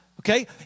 Okay